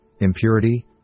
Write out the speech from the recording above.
impurity